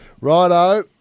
Righto